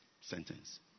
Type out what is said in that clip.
sentence